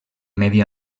medi